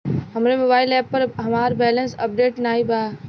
हमरे mobile app पर हमार बैलैंस अपडेट नाई बा